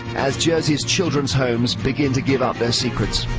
as jersey's children's homes begin to give up their secrets.